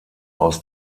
aus